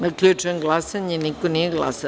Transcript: Zaključujem glasanje – niko nije glasao.